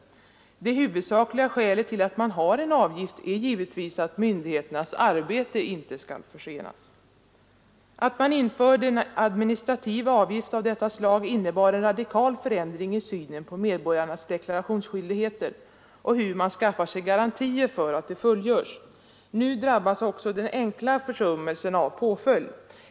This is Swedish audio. Det huvudsakliga skälet till att man har en avgift är givetvis att myndigheternas arbete inte skall försenas. Att man införde en administrativ avgift av detta slag innebar en radikal förändring i synen på medborgarnas deklarationsskyldigheter och hur man skaffar sig garantier för att de fullgörs. Nu drabbas också den enkla försummelsen av en påföljd.